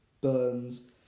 burns